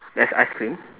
there's ice cream